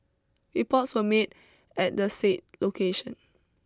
reports were made at the say location